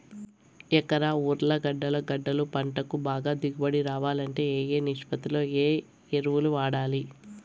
ఎకరా ఉర్లగడ్డలు గడ్డలు పంటకు బాగా దిగుబడి రావాలంటే ఏ ఏ నిష్పత్తిలో ఏ ఎరువులు వాడాలి?